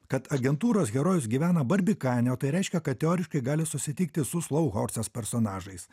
kad agentūros herojus gyvena barbikane o tai reiškia kad teoriškai gali susitikti su slau horses personažais